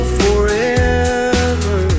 forever